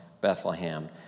Bethlehem